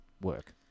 work